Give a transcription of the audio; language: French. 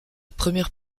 première